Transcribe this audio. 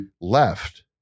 left